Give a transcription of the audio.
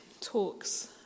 talks